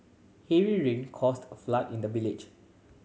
heavy rain caused a flood in the village